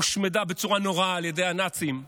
הושמדה בצורה נוראה על ידי הנאצים,